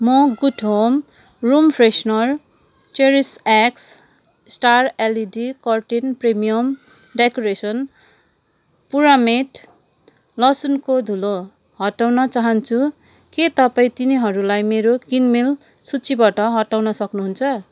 म good home room freshener cherish X star LED curtain premium decoration टुरामेट लसुनको धुलो हटाउनु चाहान्छु के तपाईँ तिनीहरूलाई मेरो किनमेल सूचीबाट बटाउन सक्नुहुन्छ